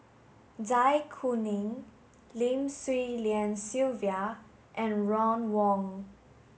Zai Kuning Lim Swee Lian Sylvia and Ron Wong